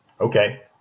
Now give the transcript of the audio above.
Okay